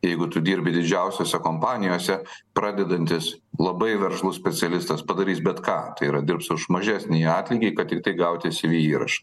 jeigu tu dirbi didžiausiose kompanijose pradedantis labai veržlus specialistas padarys bet ką tai yra dirbs už mažesnį atlygį kad tiktai gauti syvy įraš